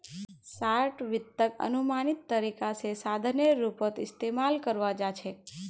short वित्तक अनुमानित तरीका स साधनेर रूपत इस्तमाल कराल जा छेक